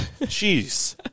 Jeez